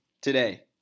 today